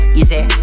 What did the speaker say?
easy